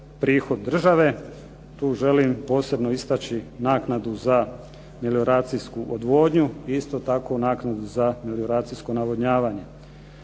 Tu želim posebno istaći naknadu za melioracijsku odvodnju i isto tako naknadu za melioracijsko navodnjavanje.